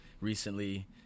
recently